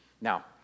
Now